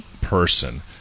person